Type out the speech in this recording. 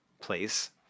place